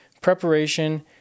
preparation